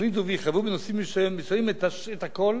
יחליטו ויחייבו בנושאים מסוימים את הכול.